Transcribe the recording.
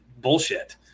bullshit